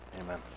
amen